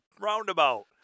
roundabout